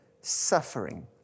suffering